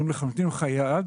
נותנים לך יד